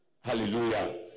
Hallelujah